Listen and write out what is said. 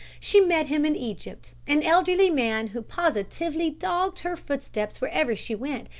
she met him in egypt an elderly man who positively dogged her footsteps wherever she went,